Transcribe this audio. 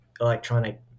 electronic